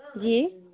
जी